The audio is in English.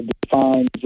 Defines